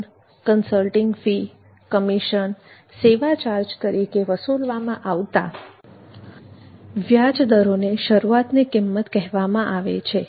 loan consulting fee commission સેવા charge તરીકે વસુલવામાં આવતા વ્યાજ દરોને શરૂઆતની કિંમત કહેવામાં આવે છે